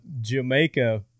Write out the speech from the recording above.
Jamaica